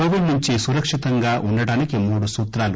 Covid నుంచి సురక్షితంగా ఉండటానికి మూడు సూత్రాలు